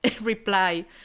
reply